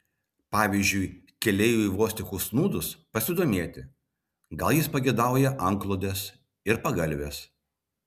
pavyzdžiui keleiviui vos tik užsnūdus pasidomėti gal jis pageidauja antklodės ir pagalvės